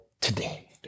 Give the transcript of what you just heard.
today